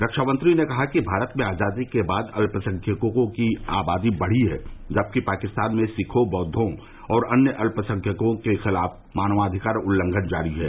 रक्षा मंत्री ने कहा कि भारत में आजादी के बाद अल्पसंख्यकों की आबादी बढ़ी है जबकि पाकिस्तान में सिखों बौद्वों और अन्य अल्पसंख्यकों के खिलाफ मानवाधिकार उल्लंघन जारी है